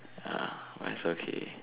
ah but it's okay